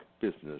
business